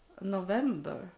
November